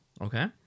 Okay